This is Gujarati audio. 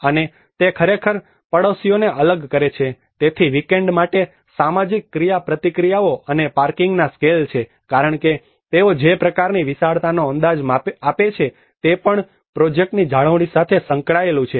અને તે ખરેખર પડોશીઓને અલગ કરે છે તેથી વિકેન્ડ માટે સામાજિક ક્રિયાપ્રતિક્રિયાઓ અને પાર્કિંગના સ્કેલ છે કારણ કે તેઓ જે પ્રકારની વિશાળતાનો અંદાજ આપે છે તે પણ પ્રોજેક્ટની જાળવણી સાથે સંકળાયેલું છે